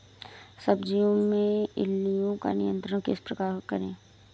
सब्जियों में इल्लियो का नियंत्रण किस प्रकार करें?